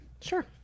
Sure